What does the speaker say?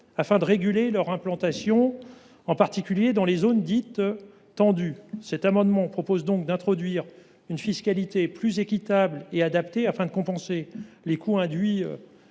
afin de réguler ces implantations, en particulier dans les zones dites tendues. Aussi, cet amendement vise à introduire une fiscalité plus équitable et adaptée, qui permette de compenser les coûts induits